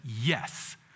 yes